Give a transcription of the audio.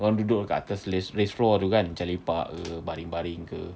orang duduk kat atas raised floor tu kan macam lepak ke baring-baring ke